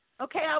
okay